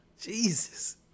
Jesus